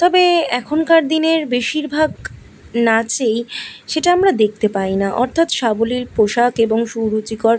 তবে এখনকার দিনের বেশিরভাগ নাচেই সেটা আমরা দেখতে পাই না অর্থাৎ সাবলীল পোশাক এবং সুরুচিকর